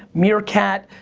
meerkat.